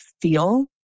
feel